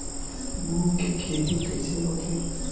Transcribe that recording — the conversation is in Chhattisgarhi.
मूंग के खेती कइसे होथे?